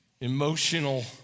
emotional